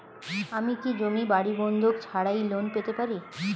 আমি কি জমি বাড়ি বন্ধক ছাড়াই লোন পেতে পারি?